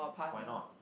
why not